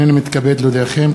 הנני מתכבד להודיעכם,